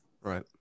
Right